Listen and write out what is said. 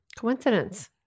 Coincidence